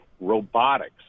robotics